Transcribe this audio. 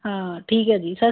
ਹਾਂ ਠੀਕ ਹੈ ਜੀ ਸ